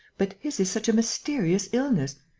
but his is such a mysterious illness.